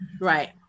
Right